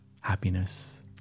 happiness